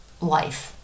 life